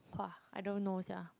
!wah! I don't know sia